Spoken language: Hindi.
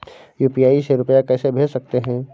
यू.पी.आई से रुपया कैसे भेज सकते हैं?